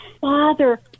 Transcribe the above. father